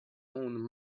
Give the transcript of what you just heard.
own